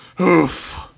oof